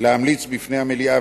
להמליץ בפני המליאה,